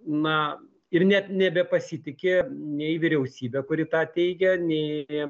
na ir net nebepasitiki nei vyriausybe kuri tą teigia nei